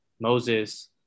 moses